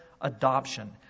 adoption